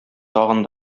тагын